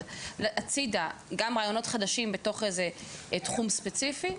הצידה גם רעיונות חדשים בתוך איזה תחום ספציפי,